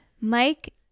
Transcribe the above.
Mike